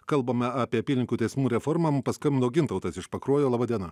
kalbame apie apylinkių teismų reformą mum paskambino gintautas iš pakruojo laba diena